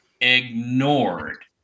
ignored